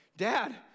Dad